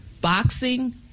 boxing